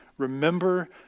Remember